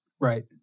Right